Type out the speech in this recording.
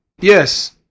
Yes